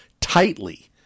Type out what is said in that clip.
tightly